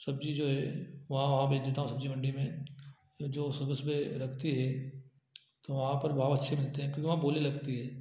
सब्ज़ी जो है वहाँ वहाँ पर जितना सब्ज़ी मंडी में जो सुबह सुबह लगती है तो वहाँ पर भाव अच्छे मिलते हैं क्यों वहाँ बोली लगती है